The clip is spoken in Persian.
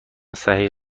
صحیح